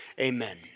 amen